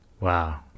Wow